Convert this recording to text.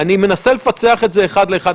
אני מנסה לפצח את זה אחד לאחד.